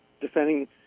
defending